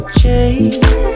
change